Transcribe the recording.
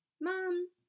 mom